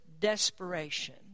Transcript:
desperation